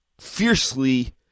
fiercely